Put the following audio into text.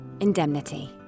Indemnity